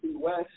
West